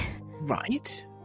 Right